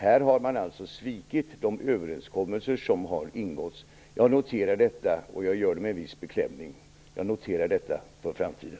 Här har man svikit de överenskommelser som har ingåtts. Jag noterar detta, och jag gör det med en viss beklämmelse. Jag noterar detta för framtiden.